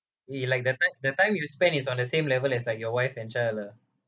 he like the time the time you spend is on the same level as like your wife and child ah